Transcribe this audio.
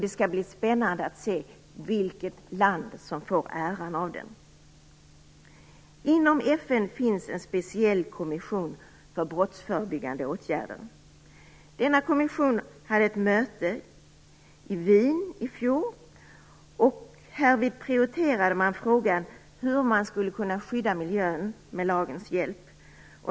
Det skall bli spännande att se vilket land som får äran av den. Inom FN finns en speciell kommission för brottsförebyggande åtgärder. Denna kommission hade ett möte i Wien i fjol. Härvid prioriterade man frågan om hur man skulle kunna skydda miljön med lagens hjälp.